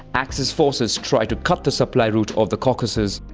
axis forces try to cut the supply route of the caucasus.